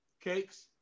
cakes